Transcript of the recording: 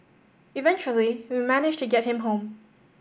eventually we managed to get him home